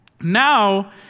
Now